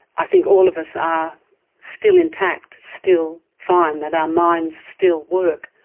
i think all of us are still intact, still fine, that our minds still work.